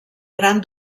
gran